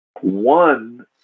One